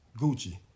Gucci